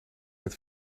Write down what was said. het